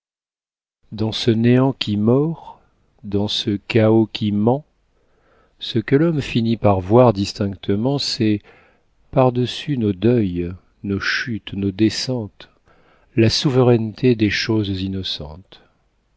dans ce néant qui mord dans ce chaos qui ment ce que l'homme finit par voir distinctement c'est par-dessus nos deuils nos chutes nos descentes la souveraineté des choses innocentes